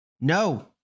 No